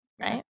right